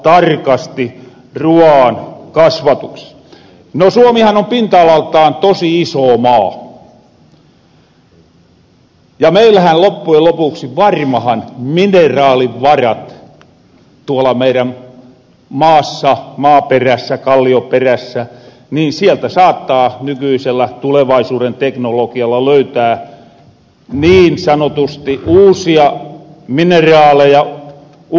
suomihan on pinta alaltaan tosi iso maa ja meillähän loppujen lopuksi on varmahan mineraalivaroja tuolla meirän maassa maaperässä kallioperässä ja sieltä saattaa nykyisellä tulevaisuuren teknolokialla löytää niin sanotusti uusia mineraaleja uusia materiaaleja